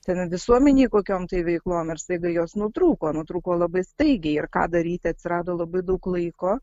ten visuomenei kokiom tai veiklom ir staiga jos nutrūko nutrūko labai staigiai ir ką daryti atsirado labai daug laiko